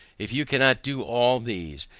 if you cannot do all these,